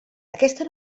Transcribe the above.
aquesta